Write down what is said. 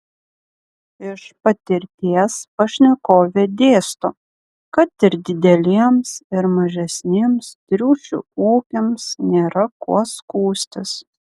iš patirties pašnekovė dėsto kad ir dideliems ir mažesniems triušių ūkiams nėra kuo skųstis